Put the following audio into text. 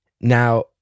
Now